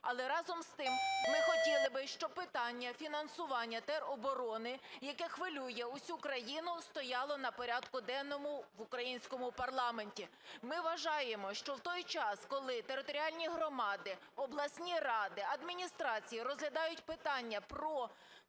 Але разом з тим ми хотіли би, щоби питання фінансування тероборони, яке хвилює усю країну, стояло на порядку денному в українському парламенті. Ми вважаємо, що в той час, коли територіальні громади, обласні ради, адміністрації розглядають питання про потреби